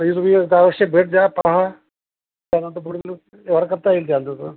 तरी तुम्ही एकदा अवश्य भेट द्या पहा त्यानंतर पुढे व्यवहार करता येईल द्यालत होतं